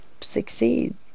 succeed